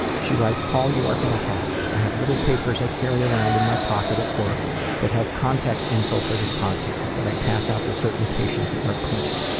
she writes, paul, you are fantastic. i have little papers i carry around in my pocket at work that have contact info for this podcast that i pass out to certain patients at our clinic.